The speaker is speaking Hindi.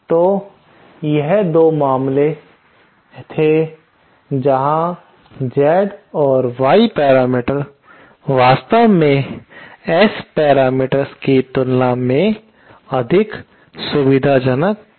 तो यह 2 मामले थे जहां Z और Y पैरामीटर वास्तव में S पैरामीटर की तुलना में अधिक सुविधाजनक हो सकते हैं